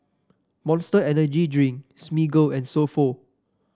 Monster Energy Drink Smiggle and So Pho